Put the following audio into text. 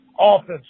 Offense